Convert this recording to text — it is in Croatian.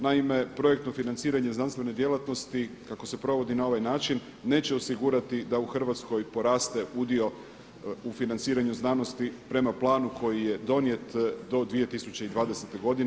Naime, projektno financiranje znanstvene djelatnosti kako se provodi na ovaj način neće osigurati da u Hrvatskoj poraste udio u financiranju znanosti prema planu koji je donijet do 2020. godine.